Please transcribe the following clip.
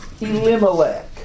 Elimelech